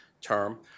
term